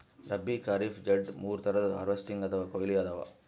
ರಬ್ಬೀ, ಖರೀಫ್, ಝೆಡ್ ಮೂರ್ ಥರದ್ ಹಾರ್ವೆಸ್ಟಿಂಗ್ ಅಥವಾ ಕೊಯ್ಲಿ ಅದಾವ